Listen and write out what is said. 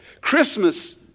Christmas